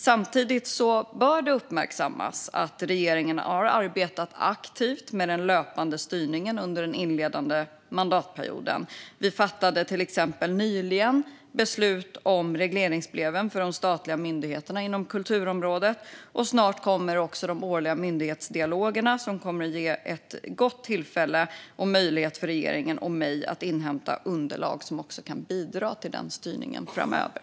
Samtidigt bör det uppmärksammas att regeringen har arbetat aktivt med den löpande styrningen under inledningen av mandatperioden. Vi fattade till exempel nyligen beslut om regleringsbreven för de statliga myndigheterna inom kulturområdet, och snart kommer också de årliga myndighetsdialogerna, som kommer att ge ett gott tillfälle och möjlighet för regeringen och mig att inhämta underlag som också kan bidra till den styrningen framöver.